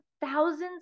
thousands